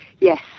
yes